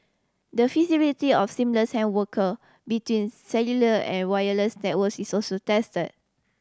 the feasibility of seamless handwork between cellular and wireless networks is also tested